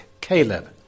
Caleb